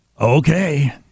Okay